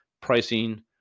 pricing